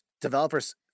developers